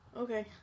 Okay